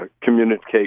communicate